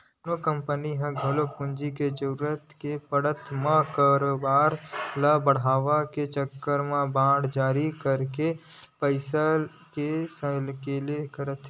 कोनो कंपनी ह घलो पूंजी के जरुरत के पड़त म कारोबार ल बड़हाय के चक्कर म बांड जारी करके पइसा के सकेला करथे